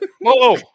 Whoa